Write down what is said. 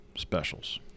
Specials